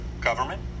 Government